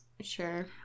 Sure